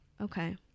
Okay